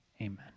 Amen